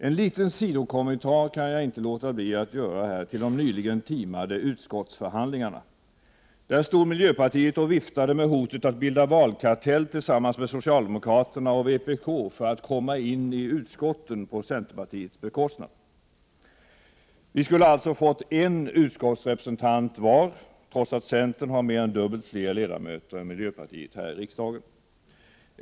En liten sidokommentar kan jag inte låta bli att göra till de nyligen timade utskottsförhandlingarna. Där stod miljöpartiet och viftade med hotet att bilda valkartell tillsammans med socialdemokraterna och vpk för att komma in i utskotten på centerpartiets bekostnad. Vi skulle alltså ha fått en utskottsrepresentant var, trots att centern har mer än dubbelt så många ledamöter som miljöpartiet här i riksdagen.